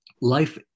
Life